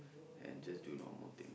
and just do normal thing